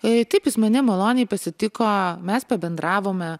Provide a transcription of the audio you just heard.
e taip jis mane maloniai pasitiko mes pabendravome